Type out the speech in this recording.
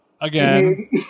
again